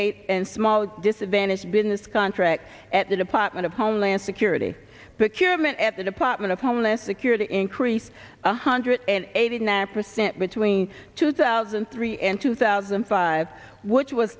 eight and small disadvantage business contract at the department of homeland security put your men at the department of homeland security increase one hundred and eighty nine percent between two thousand and three and two thousand and five which was